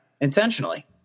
intentionally